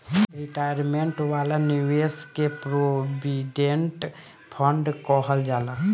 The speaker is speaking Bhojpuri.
रिटायरमेंट वाला निवेश के प्रोविडेंट फण्ड कहल जाला